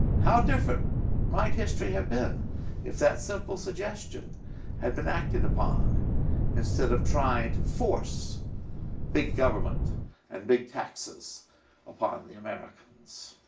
how different might history have been if that simple suggestion had been acted upon instead of trying to force big government and big taxes upon the americans?